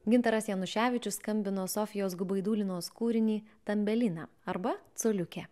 gintaras januševičius skambino sofijos gubaidulinos kūrinį tambelina arba coliukė